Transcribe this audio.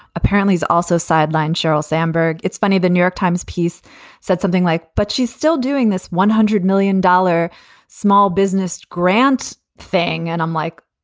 apparently is also sidelined. sheryl sandberg. it's funny, the new york times piece said something like, but she's still doing this one hundred million dollar small business grant thing. and i'm like,